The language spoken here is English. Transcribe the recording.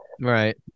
right